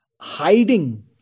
hiding